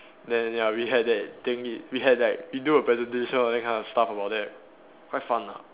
then ya we had that thing we had like we do a presentation all that kind of stuff about that quite fun lah